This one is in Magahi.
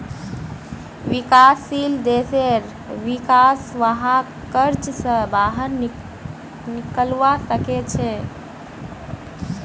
विकासशील देशेर विका स वहाक कर्ज स बाहर निकलवा सके छे